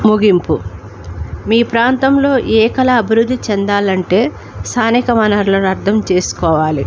ముగింపు మీ ప్రాంతంలో ఏ కళ అభివృద్ధి చెందాలంటే స్థానిక వనరులను అర్థం చేసుకోవాలి